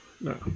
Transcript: No